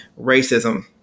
racism